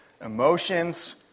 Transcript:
emotions